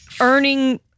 earning